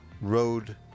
road